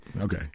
Okay